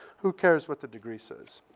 who cares what the degree says?